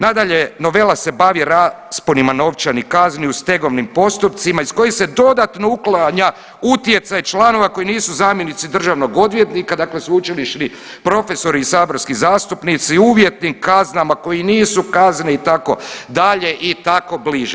Nadalje, novela se bavi rasponima novčanih kazni u stegovnim postupcima iz kojih se dodatno uklanja utjecaj članova koji nisu zamjenici državnog odvjetnika, dakle sveučilišni profesori i saborski zastupnici uvjetnim kaznama koji nisu kazne i tako dalje i tako bliže.